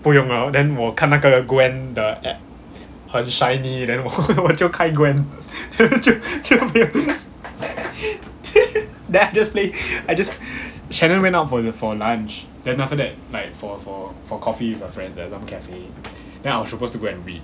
不用了 then 我看那个 gwen 的很 shiny then 我就开 gwen then 我就就没有 then I just play I just shannon went out for for lunch then after that like for for for coffee with her friends at some cafe then I was supposed to go and read